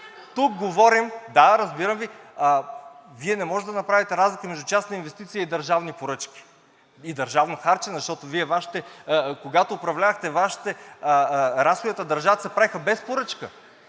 ГЕРБ-СДС.) Да, разбирам Ви, Вие не можете да направите разлика между частни инвестиции и държавни поръчки, и държавно харчене, защото Вие, когато управлявахте, разходите на държавата се правеха без поръчка.